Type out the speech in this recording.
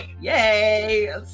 Yay